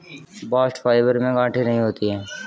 bast fibre में गांठे नहीं होती है